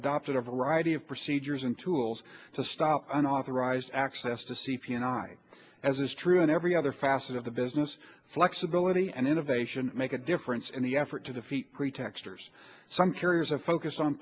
adopted a variety of procedures and tools to stop unauthorized access to c p and i as is true in every other facet of the business flexibility and innovation make a difference in the effort to defeat pretax dollars some carriers of focus on